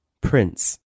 Prince